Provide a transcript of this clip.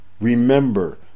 remember